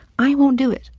i won't do it.